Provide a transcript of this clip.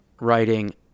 writing